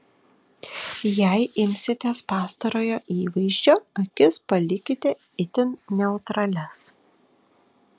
jei imsitės pastarojo įvaizdžio akis palikite itin neutralias